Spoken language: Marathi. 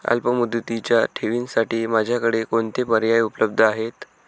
अल्पमुदतीच्या ठेवींसाठी माझ्याकडे कोणते पर्याय उपलब्ध आहेत?